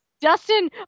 Dustin